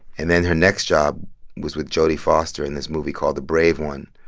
and then her next job was with jodie foster in this movie called the brave one,